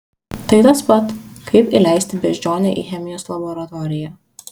tai tas pat kaip įleisti beždžionę į chemijos laboratoriją